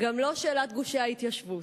וגם לא שאלת גושי ההתיישבות.